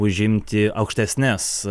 užimti aukštesnes